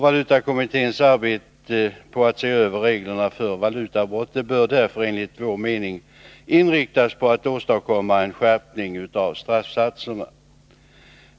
Valutakommitténs arbete på att se över reglerna om valutabrott bör därför enligt vår mening inriktas på att åstadkomma en skärpning av straffsatserna.